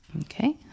Okay